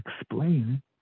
explain